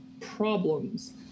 problems